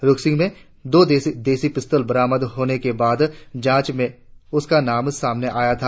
रुकसिन में दो देसी पिस्तौल मरामद होने के बाद जांच में उसका नाम सामाने आया था